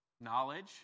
Knowledge